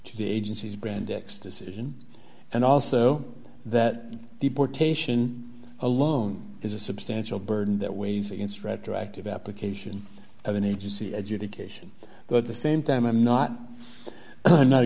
to the agency's brand x decision and also that deportation alone is a substantial burden that weighs against retroactive application of an agency education but the same time i'm not i'm not